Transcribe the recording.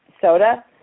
soda